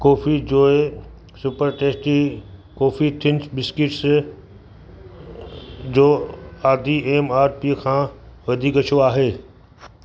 coffee joy super tasty coffee thins biscuits जो आदि M R P खां वधीक छो आहे